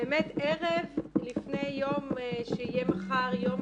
באמת ערב לפני יום שיהיה מחר יום